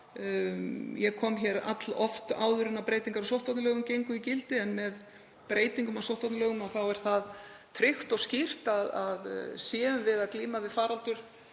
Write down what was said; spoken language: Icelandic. ég kom hingað alloft áður en breytingar á sóttvarnalögum gengu í gildi en með breytingum á sóttvarnalögum er það tryggt og skýrt að séum við að glíma við faraldur